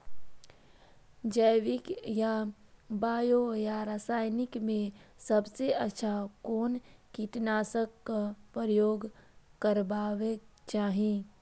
जैविक या बायो या रासायनिक में सबसँ अच्छा कोन कीटनाशक क प्रयोग करबाक चाही?